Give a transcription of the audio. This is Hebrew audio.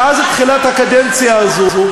מאז תחילת הקדנציה הזאת,